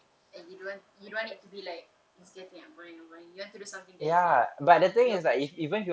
and you don't want you don't want it to be like it's getting boring and boring you want to do something that is like you're passionate